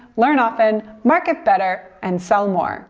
learn often, market better, and sell more.